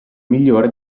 migliore